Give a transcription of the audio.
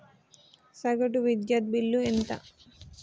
సగటు విద్యుత్ బిల్లు ఎంత?